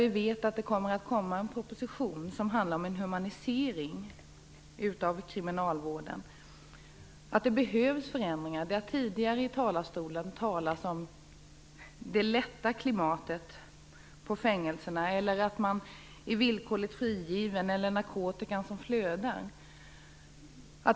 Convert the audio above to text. Vi vet att en proposition kommer att läggas fram som handlar om en humanisering av kriminalvården. Det behövs förändringar. Det har tidigare i talarstolen talats om det lätta klimatet på fängelserna, om villkorlig frigivning och om att narkotikan flödar.